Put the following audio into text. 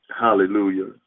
Hallelujah